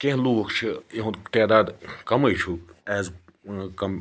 کینٛہہ لُکھ چھِ یُہُنٛد تعداد کَمٕے چھُ ایز کَم